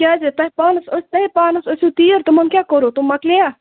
کیٛازِ تۄہہِ پانَس ٲسۍ تۄہے پانَس ٲسِو تیٖر تِمَن کیٛاہ کوٚرُو تِم مکلییا